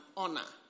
honor